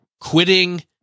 quitting